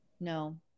No